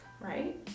right